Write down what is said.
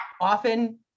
often